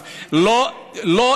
אז לא לשקר,